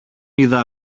είδα